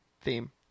theme